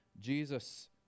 Jesus